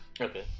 Okay